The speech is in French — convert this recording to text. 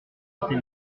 trotter